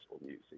music